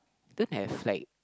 don't have like